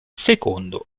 secondo